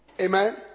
Amen